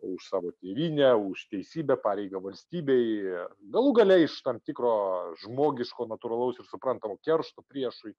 už savo tėvynę už teisybę pareigą valstybei galų gale iš tam tikro žmogiško natūralaus ir suprantamo keršto priešui